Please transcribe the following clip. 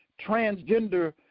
transgender